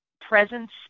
presence